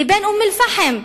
לבין אום-אל-פחם.